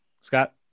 Scott